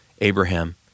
Abraham